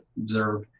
observe